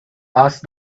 asked